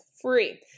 free